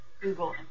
Google